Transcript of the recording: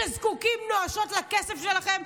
שזקוקים נואשות לכסף שלכם,